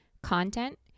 content